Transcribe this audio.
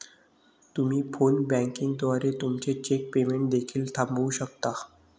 तुम्ही phone banking द्वारे तुमचे चेक पेमेंट देखील थांबवू शकता